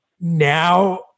now